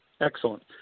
Excellent